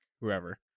whoever